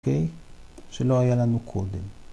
‫אוקיי, שלא היה לנו קודם.